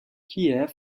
kiew